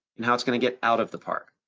and how it's gonna get out of the part.